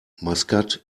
maskat